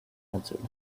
answered